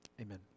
Amen